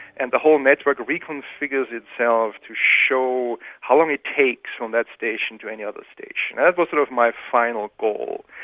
and the whole network reconfigures itself to show how long it takes from that station to any other station. that and was sort of my final goal.